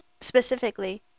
specifically